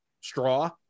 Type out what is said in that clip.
straw